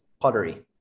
pottery